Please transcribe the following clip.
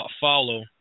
follow